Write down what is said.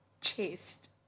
chased